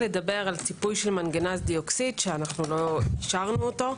לגבי ציפוי של מנגנז דיאוקסיד שלא אישרנו אותו.